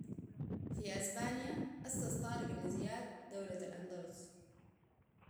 في أسبانيا أسس طارق أبن زياد دولة الأندلس